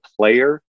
player